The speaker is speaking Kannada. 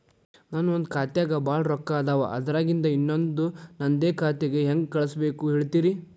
ನನ್ ಒಂದ್ ಖಾತ್ಯಾಗ್ ಭಾಳ್ ರೊಕ್ಕ ಅದಾವ, ಅದ್ರಾಗಿಂದ ಇನ್ನೊಂದ್ ನಂದೇ ಖಾತೆಗೆ ಹೆಂಗ್ ಕಳ್ಸ್ ಬೇಕು ಹೇಳ್ತೇರಿ?